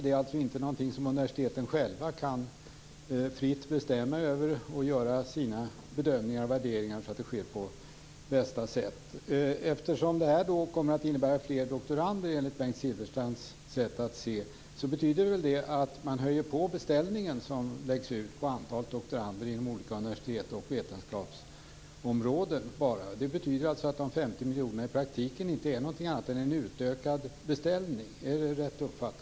Det är alltså inte något som universiteten själva kan fritt bestämma över eller göra sina bedömningar och värderingar så att det sker på bästa sätt. Eftersom detta kommer att innebära fler doktorander, enligt Bengt Silfverstrands sätt att se, betyder väl det att man höjer beställningen som läggs ut på antalet doktorander inom olika universitet och vetenskapsområden. Det betyder alltså att de 50 miljonerna i praktiken inte är något annat än en utökad beställning. Är det rätt uppfattat?